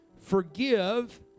Forgive